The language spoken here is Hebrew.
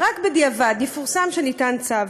ורק בדיעבד יפורסם שניתן צו.